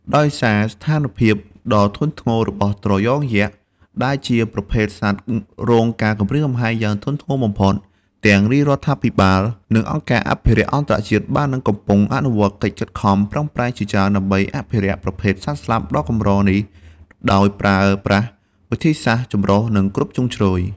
ដោយសារស្ថានភាពដ៏ធ្ងន់ធ្ងររបស់ត្រយងយក្ស ដែលជាប្រភេទសត្វរងការគំរាមកំហែងយ៉ាងធ្ងន់ធ្ងរបំផុត ទាំងរាជរដ្ឋាភិបាលកម្ពុជា និងអង្គការអភិរក្សអន្តរជាតិ បាននិងកំពុងអនុវត្តកិច្ចខិតខំប្រឹងប្រែងជាច្រើនដើម្បីអភិរក្សប្រភេទសត្វស្លាបដ៏កម្រនេះ ដោយប្រើប្រាស់វិធីសាស្ត្រចម្រុះ និងគ្រប់ជ្រុងជ្រោយ។